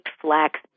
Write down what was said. flax